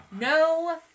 No